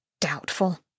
Doubtful